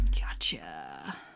Gotcha